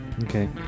Okay